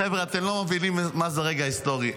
חבר'ה, אתם לא מבינים מה זה רגע היסטורי.